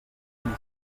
unis